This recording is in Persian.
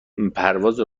پرواز